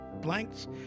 blanks